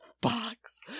box